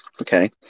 okay